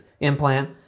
implant